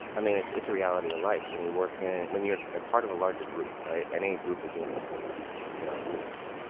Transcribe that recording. i mean, it's it's a reality of life when you work in when you're a part of a larger group. right any group of humans there are rules.